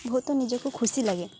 ବହୁତ ନିଜକୁ ଖୁସି ଲାଗେ